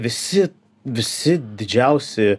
visi visi didžiausi